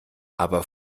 aber